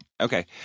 Okay